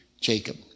Jacob